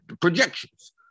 projections